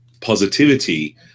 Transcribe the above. positivity